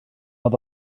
oedd